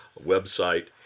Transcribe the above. website